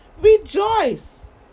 Rejoice